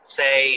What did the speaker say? say